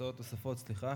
הצעות נוספות, סליחה.